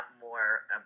more